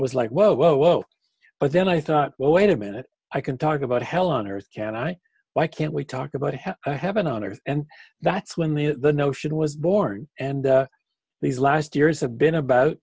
was like whoa whoa whoa but then i thought well wait a minute i can talk about hell on earth can i why can't we talk about how i have been on earth and that's when the notion was born and these last years have been abo